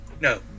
No